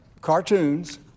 cartoons